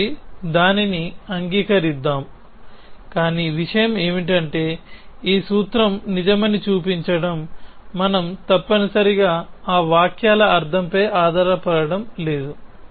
కాబట్టి దానిని అంగీకరిద్దాం కాని విషయం ఏమిటంటే ఈ సూత్రం నిజమని చూపించడం మనం తప్పనిసరిగా ఆ వాక్యాల అర్ధంపై ఆధారపడటం లేదు